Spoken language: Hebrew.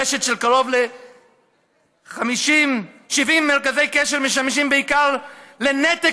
רשת של קרוב ל-70 מרכזי קשר משמשת בעיקר לנתק